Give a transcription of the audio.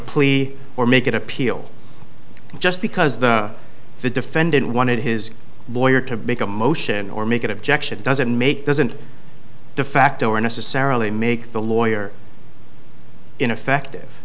plea or make an appeal just because the the defendant wanted his lawyer to become a motion or make it objection doesn't make doesn't de facto or necessarily make the lawyer ineffective